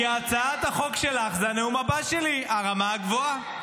כי הצעת החוק שלך זה הנאום הבא שלי, הרמה הגבוהה.